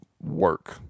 work